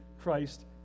Christ